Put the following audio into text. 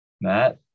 Matt